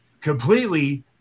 completely